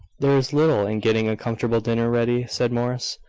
there is little in getting a comfortable dinner ready, said morris,